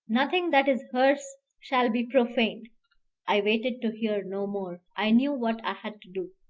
nothing that is hers shall be profaned i waited to hear no more i knew what i had to do.